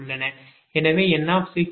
எனவேN62